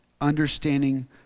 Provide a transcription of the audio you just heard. understanding